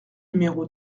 numéro